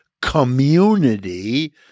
community